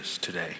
today